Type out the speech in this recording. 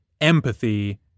empathy